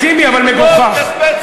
לכם.